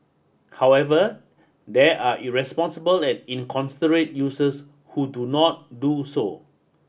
however there are irresponsible and inconsiderate users who do not do so